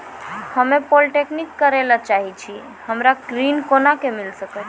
हम्मे पॉलीटेक्निक करे ला चाहे छी हमरा ऋण कोना के मिल सकत?